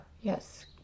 yes